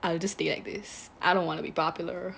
I will just stay like this I don't want to be popular